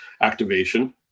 activation